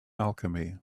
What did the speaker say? alchemy